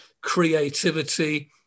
creativity